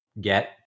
get